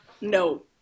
no